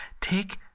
Take